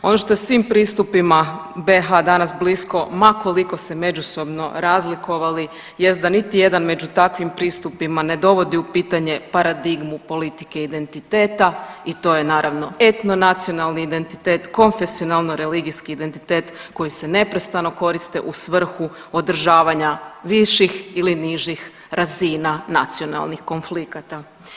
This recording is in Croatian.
Ono što je svim pristupima BiH danas blisko ma koliko se međusobno razlikovali jest da niti jedan među takvim pristupima ne dovodi u pitanje paradigmu politike identiteta i to je naravno etno nacionalni identitet, konfesionalno religijski identitet koji se neprestano koriste u svrhu održavanja viših ili nižih razina nacionalnih konflikata.